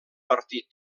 partit